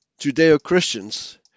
Judeo-Christians